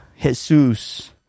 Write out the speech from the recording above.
Jesus